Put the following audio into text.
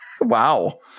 Wow